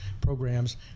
programs